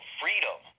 freedom